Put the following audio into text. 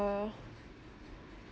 uh